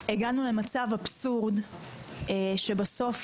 הגענו למצב אבסורד שבסוף,